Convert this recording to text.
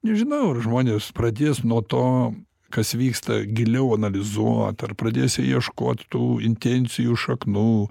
nežinau ar žmonės pradės nuo to kas vyksta giliau analizuot ar pradės jie ieškot tų intencijų šaknų